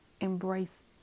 embrace